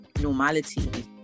normality